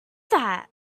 that